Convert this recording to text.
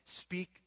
speak